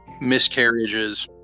miscarriages